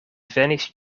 venis